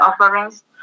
offerings